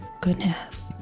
goodness